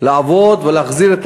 לעבוד ולהחזיר,